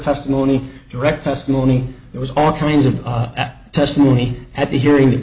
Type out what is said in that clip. testimony direct testimony it was all kinds of testimony at the hearing th